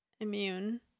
immune